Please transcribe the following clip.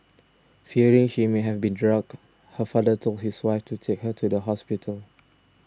fearing she may have been drugged her father told his wife to take her to the hospital